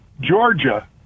Georgia